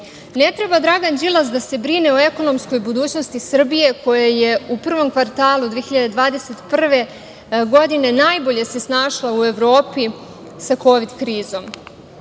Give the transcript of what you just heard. treba Dragan Đilas da se brine o ekonomskoj budućnosti Srbije koja je u prvom kvartalu 2021. godine najbolje se snašla u Evropi sa kovid krizom,